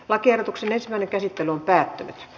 lakiehdotuksen ensimmäinen käsittely on päättynyt